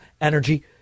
energy